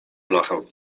blachę